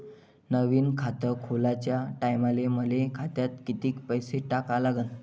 नवीन खात खोलाच्या टायमाले मले खात्यात कितीक पैसे टाका लागन?